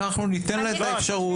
אנחנו ניתן לה את האפשרות.